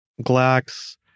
Glax